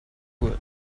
woot